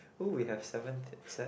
who will have seven set